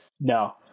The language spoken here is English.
No